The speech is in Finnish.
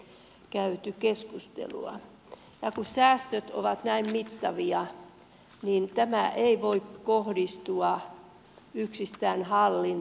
ja kun säästöt ovat näin mittavia niin tämä ei voi kohdistua yksistään hallintoon